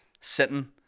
Sitting